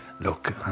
look